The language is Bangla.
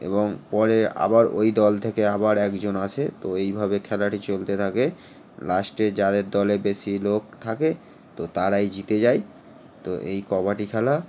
এবং পরে আবার ওই দল থেকে আবার একজন আসে তো এইভাবে খেলাটি চলতে থাকে লাস্টে যাদের দলে বেশি লোক থাকে তো তারাই জিতে যায় তো এই কবাডি খেলা